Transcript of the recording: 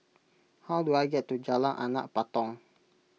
how do I get to Jalan Anak Patong